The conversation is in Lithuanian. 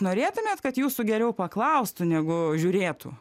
norėtumėt kad jūsų geriau paklaustų negu žiūrėtų